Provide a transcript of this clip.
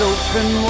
open